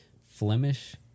Flemish